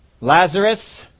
Lazarus